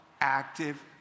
active